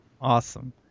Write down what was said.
Awesome